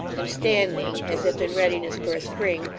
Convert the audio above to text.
and standing as if in readiness for a spring,